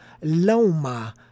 Loma